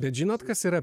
bet žinot kas yra